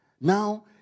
Now